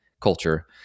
culture